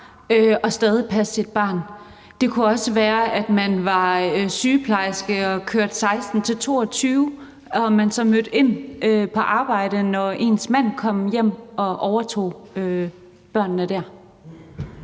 man stadig kunne passe sit barn. Det kunne også være, at man var sygeplejerske og kørte vagter kl. 16-22 og mødte ind på arbejde, når ens mand kom hjem og overtog børnene.